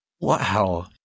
Wow